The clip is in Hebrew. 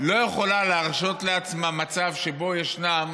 לא יכולה להרשות לעצמה מצב שבו ישנן